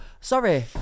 sorry